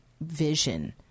vision